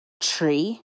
tree